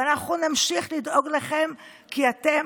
ואנחנו נמשיך לדאוג לכם, כי אתם